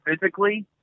physically